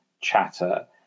chatter